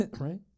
Right